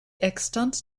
extant